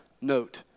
Note